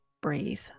breathe